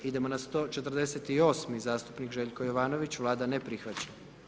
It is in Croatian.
Idemo na 148. zastupnik Željko Jovanović, Vlada ne prihvaća.